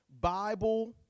Bible